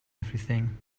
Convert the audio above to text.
everything